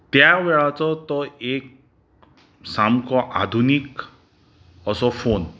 त्या वेळाचो तो एक सामको आधुनीक असो फोन